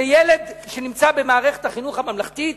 שילד שנמצא במערכת החינוך הממלכתית